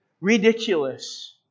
ridiculous